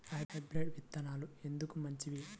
Hybrid విత్తనాలు ఎందుకు మంచివి?